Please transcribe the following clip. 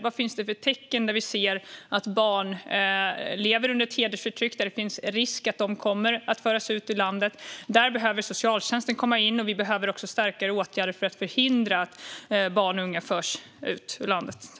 Vilka tecken finns det på att barn lever under hedersförtryck och på att det finns risk för att de kommer att föras ut ur landet? Där behöver socialtjänsten komma in. Vi behöver också starkare åtgärder för att förhindra att barn och unga förs ut ur landet.